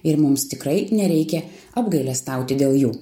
ir mums tikrai nereikia apgailestauti dėl jų